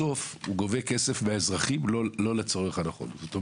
גם אם זה סבסוד צולב לדברים שהם יותר איכותיים,